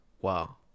wow